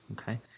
okay